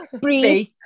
breathe